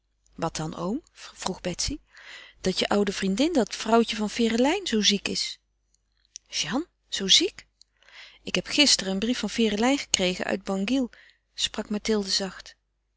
wat dan oom vroeg betsy dat je oude vriendin dat vrouwtje van ferelijn zoo ziek is jeanne zoo ziek ik heb gisteren een brief van ferelijn gekregen uit bangil sprak mathilde zacht